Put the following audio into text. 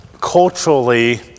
culturally